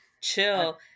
Chill